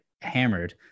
hammered